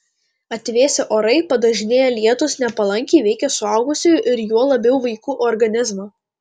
atvėsę orai padažnėję lietūs nepalankiai veikia suaugusiųjų ir juo labiau vaikų organizmą